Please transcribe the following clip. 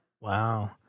wow